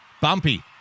Bumpy